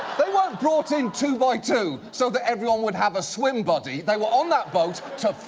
they weren't brought in two by two so that everyone would have a swim-buddy, they were on that boat to